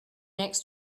next